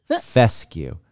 fescue